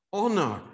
honor